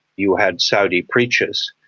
you had saudi preachers,